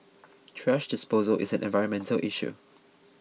thrash disposal is an environmental issue